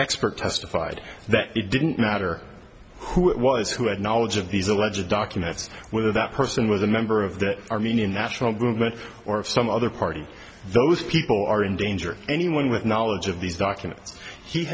expert testified that it didn't matter who it was who had knowledge of these alleged documents whether that person was a member of the armenian national government or of some other party those people are in danger anyone with knowledge of these documents he